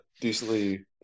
decently